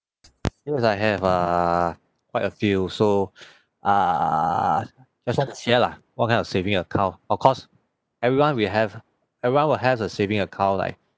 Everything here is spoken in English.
because I have err quite a few so err just want share lah what kind of saving account of course everyone will have everyone will has a saving account like